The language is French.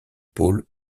pôle